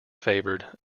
favoured